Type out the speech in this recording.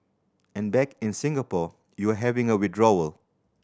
and back in Singapore you're having a withdrawal